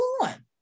on